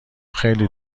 خیلی